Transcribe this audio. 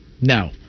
No